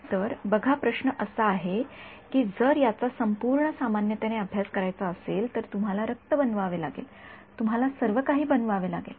तर बघा प्रश्न असा आहे की जर याचा संपूर्ण सामान्यतेने अभ्यास करायचा असेल तर तुम्हाला रक्त बनवावे लागेल तुम्हाला सर्व काही करावे लागेल